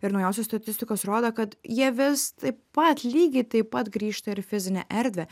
ir naujausios statistikos rodo kad jie vis tai pat lygiai taip pat grįžta ir fizinę erdvę